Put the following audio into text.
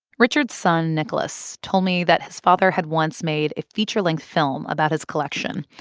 richard's son nicholas told me that his father had once made a feature-length film about his collection.